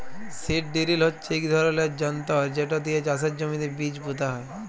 seed drill হচ্যে ইক ধরলের যনতর যেট দিয়ে চাষের জমিতে বীজ পুঁতা হয়